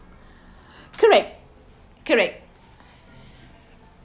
correct correct